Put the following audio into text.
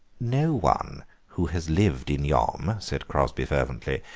no one who has lived in yom, said crosby fervently,